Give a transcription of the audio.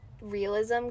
realism